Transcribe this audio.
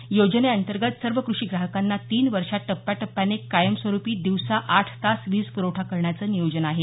या योजनेअंतर्गत सर्व कृषी ग्राहकांना तीन वर्षात टप्प्याटप्याने कायमस्वरूपी दिवसा आठ तास वीज पुरवठा करण्याचं नियोजन आहे